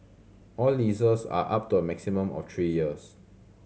all leases are up to a maximum of three years